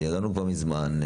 שידענו כבר מזמן,